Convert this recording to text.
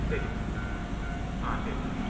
ശരി ആ ശരി